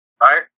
right